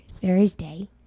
Thursday